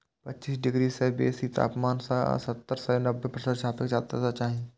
पच्चीस डिग्री सं बेसी तापमान आ सत्तर सं नब्बे प्रतिशत सापेक्ष आर्द्रता चाही